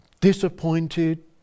Disappointed